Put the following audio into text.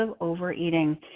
overeating